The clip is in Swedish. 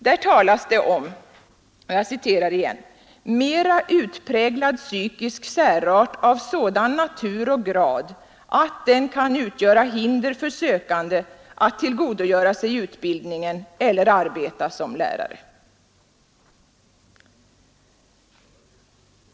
Där talas det om ”mera utpräglad psykisk särart av sådan natur och grad att den kan utgöra hinder för sökande att tillgodogöra sig utbildningen eller arbeta som lärare”.